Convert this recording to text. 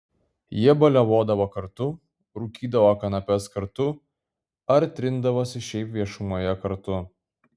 jie baliavodavo kartu rūkydavo kanapes kartu ar trindavosi šiaip viešumoje kartu